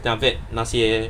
then after that 那些